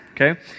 okay